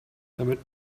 damit